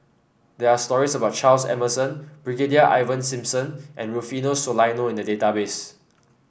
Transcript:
there are stories about Charles Emmerson Brigadier Ivan Simson and Rufino Soliano in the database